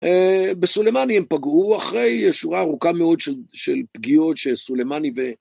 בסולימני הם פגרו אחרי שורה ארוכה מאוד של פגיעות שסולימני